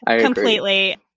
completely